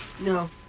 No